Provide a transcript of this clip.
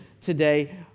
today